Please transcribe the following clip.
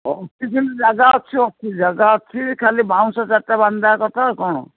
ହଁ ଅଫିସିଆଲ୍ ଜାଗା ଅଛି ଅ ଜାଗା ଅଛି ଖାଲି ବାଉଁଶ ଚାରିଟା ବାନ୍ଧିଦେବା କଥା ଆଉ କ'ଣ